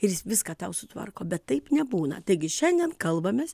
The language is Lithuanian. ir jis viską tau sutvarko bet taip nebūna taigi šiandien kalbamės